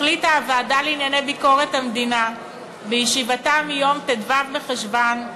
החליטה הוועדה לענייני ביקורת המדינה בישיבתה ביום ט”ו בחשוון,